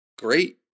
Great